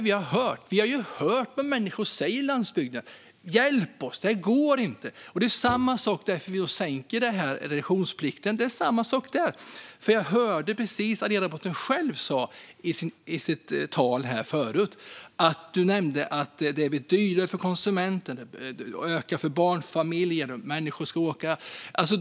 Vi har ju hört vad människor säger i landsbygden: Hjälp oss, det här går inte! Det är samma sak när det gäller att vi sänker reduktionsplikten. Jag hörde ledamoten själv säga i sitt tal här förut att det har blivit dyrare för konsumenten och att det har ökat för barnfamiljer.